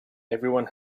everyone